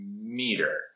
meter